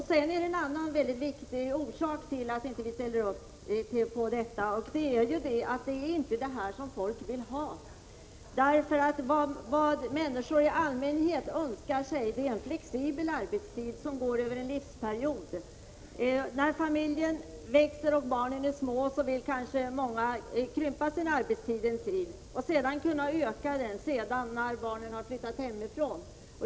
Sedan finns det en annan mycket viktig orsak till att vi inte ställer upp på detta: det är inte det här som folk vill ha. Vad människor i allmänhet önskar sig är en flexibel arbetstid som går över en livsperiod. När familjen växer och barnen är små vill kanske många minska sin arbetstid för att kunna öka den längre fram när barnen har flyttat hemifrån.